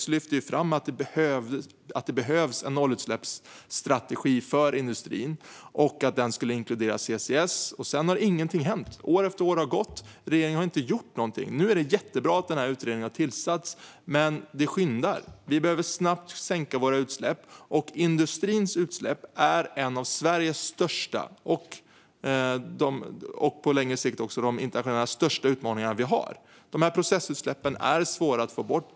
Där lyfte vi fram att det behövs en nollutsläppsstrategi för industrin och att denna skulle inkludera CCS. Sedan har ingenting hänt. År efter år har gått, och regeringen har inte gjort något. Det är jättebra att utredningen nu har tillsats, men det brådskar. Vi behöver snabbt minska våra utsläpp. Industrins utsläpp är bland Sveriges största, och på längre sikt är detta en av de största internationella utmaningar vi har. Processutsläppen är svåra att få bort.